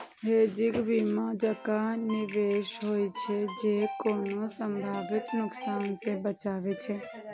hedging बीमा जकां निवेश होइ छै, जे कोनो संभावित नुकसान सं बचाबै छै